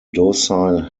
docile